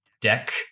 deck